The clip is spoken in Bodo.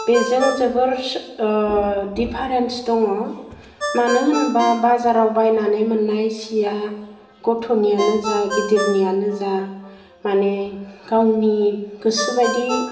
बेजों जोबोर दिफारेन्स दङ मानो होनबा बाजाराव बायनानै मोन्नाय सिया गथ'नियानो जा गिदिरनियानो जा माने गावनि गोसो बायदि